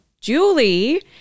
Julie